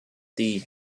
die